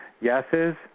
Yeses